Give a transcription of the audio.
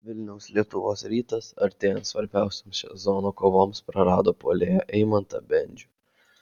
vilniaus lietuvos rytas artėjant svarbiausioms sezono kovoms prarado puolėją eimantą bendžių